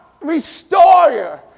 restorer